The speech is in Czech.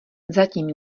zatím